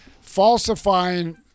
falsifying